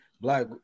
black